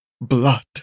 blood